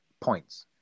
points